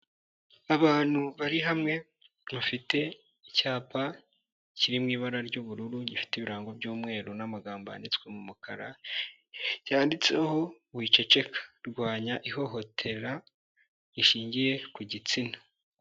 Abantu bari hamwe bafite icyapa kiri mu ibara ry'ubururu gifite ibirango by'umweru n'amagambo yanditswe mu mukara, yanditseho wiceceka rwanya ihohotera rishingiye ku gitsina.